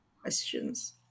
questions